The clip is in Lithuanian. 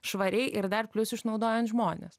švariai ir dar plius išnaudojant žmones